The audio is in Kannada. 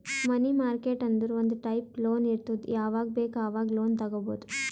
ಮನಿ ಮಾರ್ಕೆಟ್ ಅಂದುರ್ ಒಂದ್ ಟೈಪ್ ಲೋನ್ ಇರ್ತುದ್ ಯಾವಾಗ್ ಬೇಕ್ ಆವಾಗ್ ಲೋನ್ ತಗೊಬೋದ್